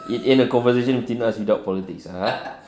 it ain't a conversation between us without politics ah